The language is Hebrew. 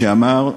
שאמר: